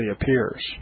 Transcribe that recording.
appears